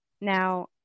Now